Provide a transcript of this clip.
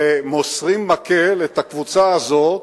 ומוסרים מקל, את הקבוצה הזו,